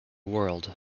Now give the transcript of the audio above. world